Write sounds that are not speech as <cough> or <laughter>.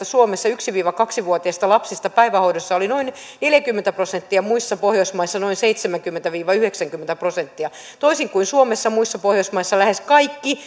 <unintelligible> suomessa yksi viiva kaksi vuotiaista lapsista päivähoidossa oli noin neljäkymmentä prosenttia muissa pohjoismaissa noin seitsemänkymmentä viiva yhdeksänkymmentä prosenttia toisin kuin suomessa muissa pohjoismaissa lähes kaikki <unintelligible>